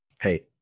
Hey